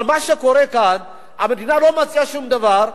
אבל מה שקורה כאן, המדינה לא מציעה שום דבר,